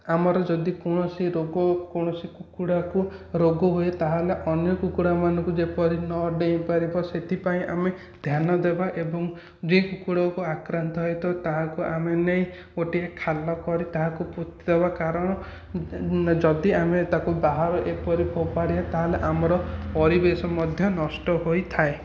ଆମର ଯଦି କୌଣସି ରୋଗ କୌଣସି କୁକୁଡ଼ାକୁ ରୋଗ ହୁଏ ତାହେଲେ ଅନ୍ୟ କୁକୁଡ଼ାମାନଙ୍କୁ ଯେପରି ନ ଡେଇଁ ପାରିବ ସେଥିପାଇଁ ଆମେ ଧ୍ୟାନ ଦେବା ଏବଂ ଯେ କୁକୁଡ଼ାକୁ ଆକ୍ରାନ୍ତ ହୋଇଥାଉ ତାହାକୁ ଆମେ ନେଇ ଗୋଟିଏ ଖାଲ କରି ତାହାକୁ ପୋତିଦେବା କାରଣ ଯଦି ଆମେ ତାକୁ ବାହାରେ ଏପରି ଫୋପାଡ଼ିବା ତାହେଲେ ଆମର ପରିବେଶ ମଧ୍ୟ ନଷ୍ଟ ହୋଇଥାଏ